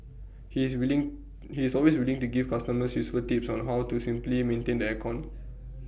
he is willing he is always willing to give customers useful tips on how to simply maintain the air con